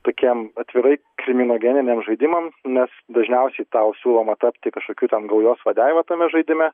tokiam atvirai kriminogeniniam žaidimam nes dažniausiai tau siūloma tapti kažkokių ten gaujos vadeiva tame žaidime